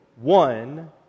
one